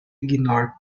ignore